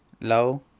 Low